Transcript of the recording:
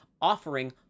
offering